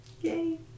Yay